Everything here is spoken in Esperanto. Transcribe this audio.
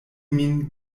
min